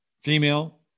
female